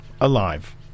alive